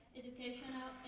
educational